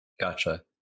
Gotcha